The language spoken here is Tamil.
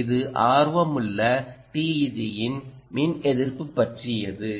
இது ஆர்வமுள்ள TEG இன் மின் எதிர்ப்பு பற்றியது